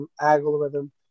algorithm